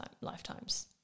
lifetimes